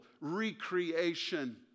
recreation